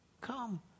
come